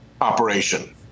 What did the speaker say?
operation